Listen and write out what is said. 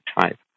type